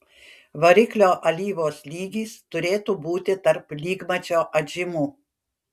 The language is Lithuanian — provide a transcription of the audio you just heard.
variklio alyvos lygis turėtų būti tarp lygmačio atžymų